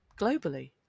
globally